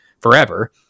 forever